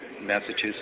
Massachusetts